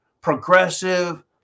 progressive